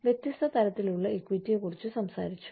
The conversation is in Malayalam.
വ്യത്യസ്ത തരത്തിലുള്ള ഇക്വിറ്റിയെക്കുറിച്ച് സംസാരിച്ചു